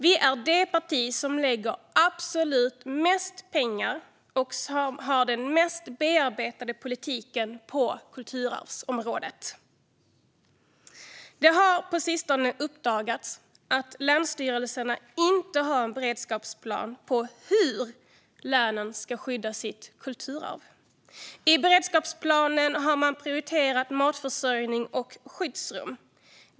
Vi är det parti som lägger absolut mest pengar och som har den mest bearbetade politiken på kulturarvsområdet. Det har på sistone uppdagats att länsstyrelserna inte har beredskapsplaner för hur länen ska skydda sitt kulturarv. I beredskapsplanen har man prioriterat matförsörjning och skyddsrum.